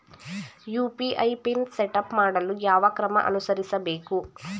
UPI PIN setup ಮಾಡಲು ಯಾವ ಕ್ರಮ ಅನುಸರಿಸಬೇಕು?